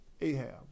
Ahab